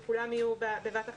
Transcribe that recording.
שכולם יהיו בבת אחת,